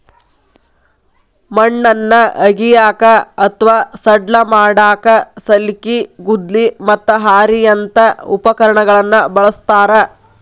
ಮಣ್ಣನ್ನ ಅಗಿಯಾಕ ಅತ್ವಾ ಸಡ್ಲ ಮಾಡಾಕ ಸಲ್ಕಿ, ಗುದ್ಲಿ, ಮತ್ತ ಹಾರಿಯಂತ ಉಪಕರಣಗಳನ್ನ ಬಳಸ್ತಾರ